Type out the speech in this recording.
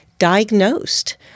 diagnosed